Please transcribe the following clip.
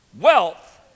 Wealth